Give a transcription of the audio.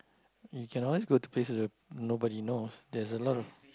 you can always go to places where nobody knows there's a lot of